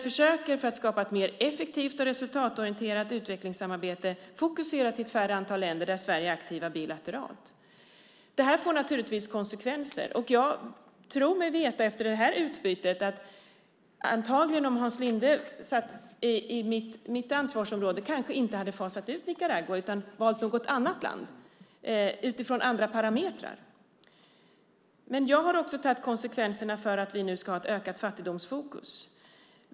För att skapa ett mer effektivt och resultatorienterat utvecklingssamarbete försöker vi fokusera på ett färre antal länder där Sverige är aktivt bilateralt. Det får naturligtvis konsekvenser. Och jag tror mig veta efter det här meningsutbytet att om Hans Linde hade haft mitt ansvarsområde kanske han inte hade fasat ut Nicaragua utan valt något annat land utifrån andra parametrar. Jag har också tagit konsekvenser för att vi ska ha ett ökat fattigdomsfokus.